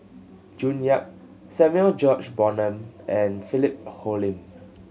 June Yap Samuel George Bonham and Philip Hoalim